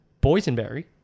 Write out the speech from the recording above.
boysenberry